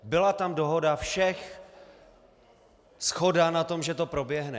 Byla tam dohoda všech, shoda na tom, že to proběhne.